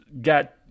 got